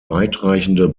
weitreichende